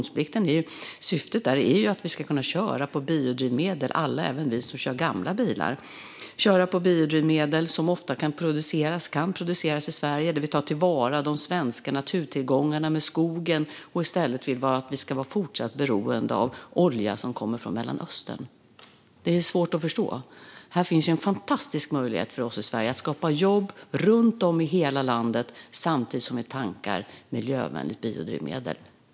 Syftet med reduktionsplikten är ju att alla, även vi som kör gamla bilar, ska kunna köra på biodrivmedel, som ofta kan produceras i Sverige med tillvaratagande av de svenska naturtillgångarna från skogen. I stället vill man att vi ska fortsätta att vara beroende av olja som kommer från Mellanöstern. Det är svårt att förstå. Här finns en fantastisk möjlighet för oss i Sverige att skapa jobb runt om i hela landet, samtidigt som vi tankar miljövänligt biodrivmedel.